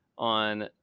on